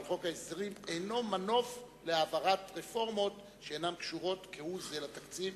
אבל חוק ההסדרים אינו מנוף להעברת רפורמות שאינן קשורות כהוא-זה לתקציב.